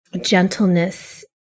gentleness